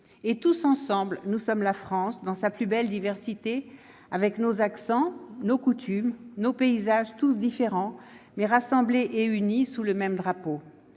Tous ensemble, nous sommes la France dans sa plus belle diversité, avec nos accents, nos coutumes, nos paysages tous différents, mais rassemblés et unis sous le même drapeau.